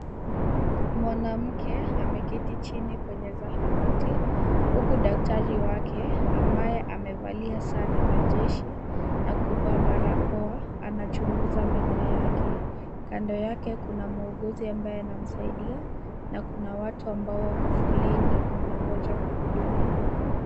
Mwanamke ameketi chini kwenye zahanati, huku daktari wake ambaye amevalia sare za jeshi, na kuvaa barakoa, anachunguza meno yake. Kando yake, kuna muuguzi ambaye anamsaidia na kuna watu ambao wako foleni na wanaongoja kuhudumiwa.